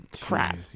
crap